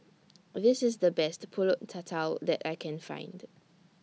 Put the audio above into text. This IS The Best Pulut Tatal that I Can Find